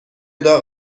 داغ